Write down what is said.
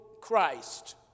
Christ